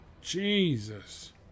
Jesus